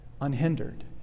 unhindered